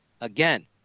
again